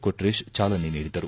ಕೊಟ್ರೇಶ್ ಚಾಲನೆ ನೀಡಿದರು